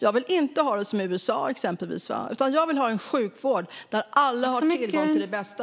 Jag vill inte ha det som i exempelvis USA, utan jag vill ha en sjukvård där alla har tillgång till det bästa.